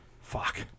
Fuck